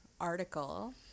article